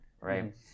right